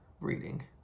reading